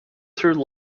through